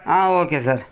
ah okay sir